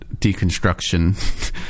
deconstruction